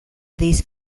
these